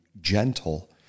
gentle